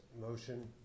motion